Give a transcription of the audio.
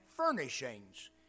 furnishings